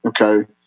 Okay